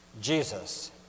Jesus